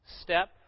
step